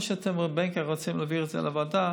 או שאתם בין כך רוצים להעביר את זה לוועדה,